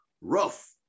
rough